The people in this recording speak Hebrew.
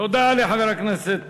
תודה לחבר הכנסת